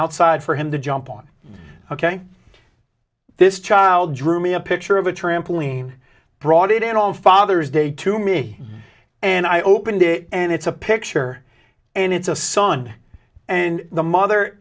outside for him to jump on ok this child drew me a picture of a trampoline brought it in on father's day to me and i opened it and it's a picture and it's a son and the mother